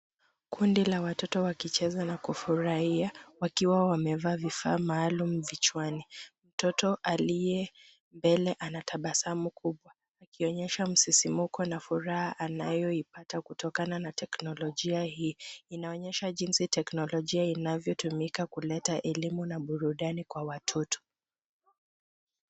Kundi la watoto wakicheza na kufurahia wakiwa wamevaa vifaa maalum vichwani. Mtoto aliye mbele anatabasamu kubwa akionyesha msisimko na furaha anayoipata kutokana na teknolojia hii. Inaonyesha jinsi teknolojia inavyotumika kuleta elimu na burudani kwa watoto.